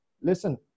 Listen